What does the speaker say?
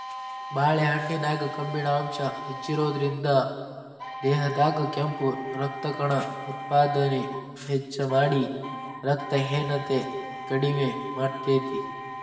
ಬಾಳೆಹಣ್ಣಿನ್ಯಾಗ ಕಬ್ಬಿಣ ಅಂಶ ಹೆಚ್ಚಿರೋದ್ರಿಂದ, ದೇಹದಾಗ ಕೆಂಪು ರಕ್ತಕಣ ಉತ್ಪಾದನೆ ಹೆಚ್ಚಮಾಡಿ, ರಕ್ತಹೇನತೆ ಕಡಿಮಿ ಮಾಡ್ತೆತಿ